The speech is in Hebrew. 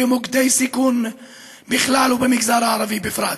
במוקדי סיכון בכלל ובמגזר הערבי בפרט.